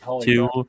two